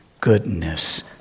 goodness